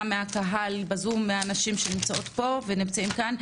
מהקהל מבין האנשים שנמצאות ונמצאים כאן.